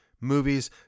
movies